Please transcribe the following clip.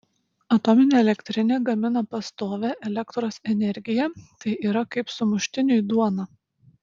atominė elektrinė gamina pastovią elektros energiją tai yra kaip sumuštiniui duona